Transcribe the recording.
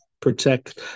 protect